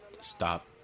stop